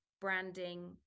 branding